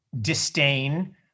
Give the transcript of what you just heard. disdain